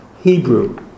Hebrew